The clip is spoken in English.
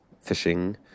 fishing